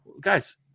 guys